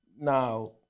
Now